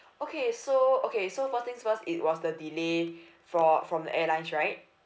okay so okay so first things first it was the delay for from the airlines right